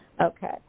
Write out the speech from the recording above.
Okay